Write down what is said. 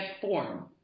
form